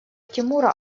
тимура